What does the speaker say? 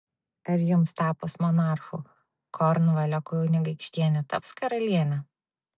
ar jums tapus monarchu kornvalio kunigaikštienė taps karaliene